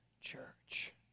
church